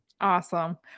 Awesome